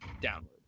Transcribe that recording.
downward